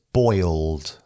boiled